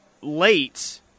late